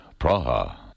Praha